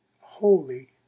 holy